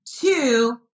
Two